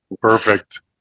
Perfect